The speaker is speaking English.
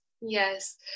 yes